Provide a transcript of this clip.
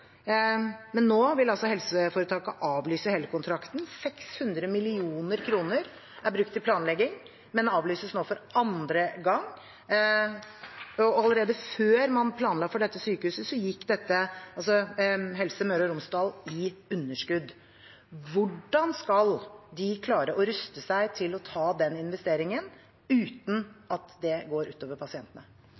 men nå vil helseforetaket avlyse hele kontrakten. 600 mill. kr er brukt til planlegging, men det avlyses nå for andre gang. Allerede før man planla for dette sykehuset, gikk Helse Møre og Romsdal i underskudd. Hvordan skal de klare å ruste seg til å ta den investeringen uten at det går ut over pasientene?